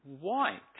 White